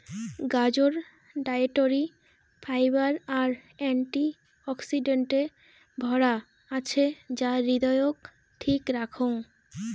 গাজর dietary fibre আর অ্যান্টি অক্সিডেন্টে ভরা আছে যা হৃদয়ক ঠিক রাখং